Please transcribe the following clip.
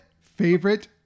favorite